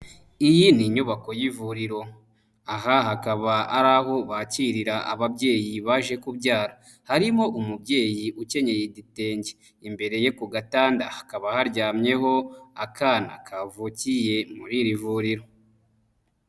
Iyi ni inyubako y'ivuriro aha hakaba ari aho bakirira ababyeyi baje kubyara, harimo umubyeyi ukenyeye igitenge, imbere ye ku gatanda hakaba haryamyeho akana kavukiye muri iri vuriro.